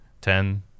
ten